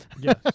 Yes